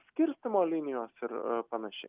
skirstymo linijos ir panašiai